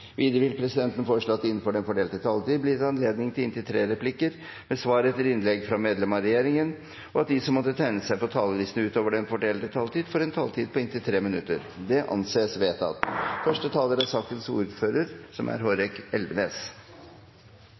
Videre vil presidenten foreslå at det – innenfor den fordelte taletid – blir gitt anledning til inntil tre replikker med svar etter innlegg fra medlemmer av regjeringen, og at de som måtte tegne seg på talerlisten utover den fordelte taletid, får en taletid på inntil 3 minutter. – Det anses vedtatt. Utgangspunktet er